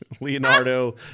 leonardo